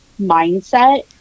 mindset